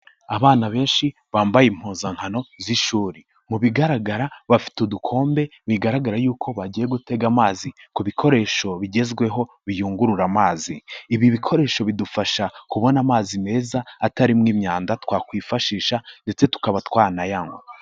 Abana benshi bambaye impuzankano z'ishuri, mu bigaragara bafite udukombe bigaragara yuko bagiye gutega amazi ku bikoresho bigezweho biyungurura amazi. Ibi bikoresho bidufasha kubona amazi meza atarimo imyanda twakwifashisha ndetse tukaba twanayanywa.